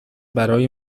برای